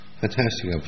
fantastic